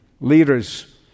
leaders